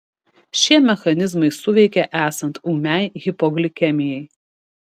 šie mechanizmai suveikia esant ūmiai hipoglikemijai